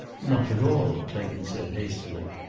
not at all, clayton said, hastily.